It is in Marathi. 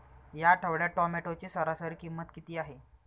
या आठवड्यात टोमॅटोची सरासरी किंमत किती आहे?